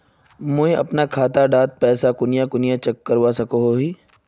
मुई अपना खाता डात पैसा कुनियाँ कुनियाँ चेक करवा सकोहो ही?